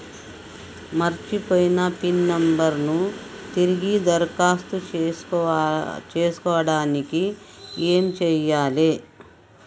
మర్చిపోయిన PIN number ను తిరిగి దరఖాస్తు చేసుకోవడానికి ఏమి చేయాలే?